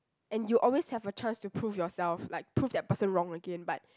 and you always have a chance to prove yourself like prove that person wrong again but